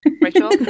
Rachel